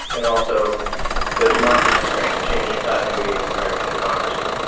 and also the democracy strand, the changing continuity in american democracy.